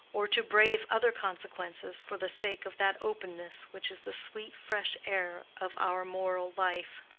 or to brave other consequences for the sake of that openness which is the sweet fresh air of our moral life.